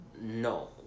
no